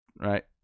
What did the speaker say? right